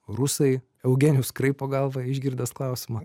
rusai eugenijus kraipo galvą išgirdęs klausimą